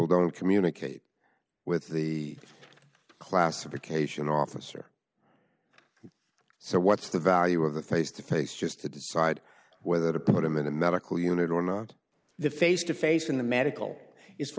don't communicate with the classification officer so what's the value of the face to face just to decide whether to put him in a medical unit or not the face to face in the medical is for